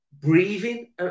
breathing